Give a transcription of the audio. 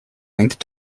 willing